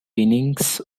innings